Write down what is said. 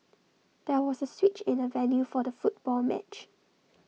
there was A switch in the venue for the football match